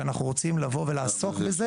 שאנחנו רוצים לבוא ולעסוק בו.